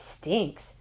stinks